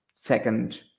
second